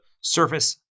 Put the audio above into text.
Surface